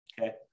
okay